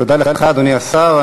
תודה לך, אדוני השר.